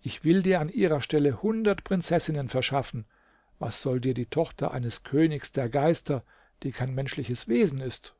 ich will dir an ihrer stelle hundert prinzessinnen verschaffen was soll dir die tochter eines königs der geister die kein menschliches wesen ist